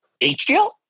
HDL